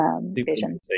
vision